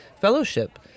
fellowship